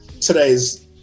today's